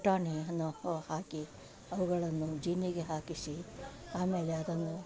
ಪುಟಾಣಿಯನ್ನು ಹಾಕಿ ಅವುಗಳನ್ನು ಜೇನಿಗೆ ಹಾಕಿಸಿ ಆಮೇಲೆ ಅದನ್ನು